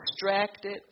distracted